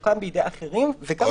שהוקם בידי אחרים בהחלט עולה.